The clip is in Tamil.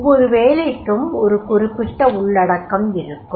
ஒவ்வொரு வேலைக்கும் ஒரு குறிப்பிட்ட உள்ளடக்கம் இருக்கும்